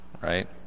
right